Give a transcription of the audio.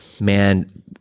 man